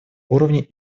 уровне